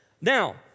Now